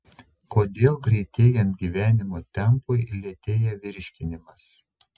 kodėl greitėjant gyvenimo tempui lėtėja virškinimas